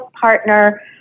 partner